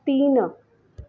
तीन